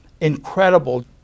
incredible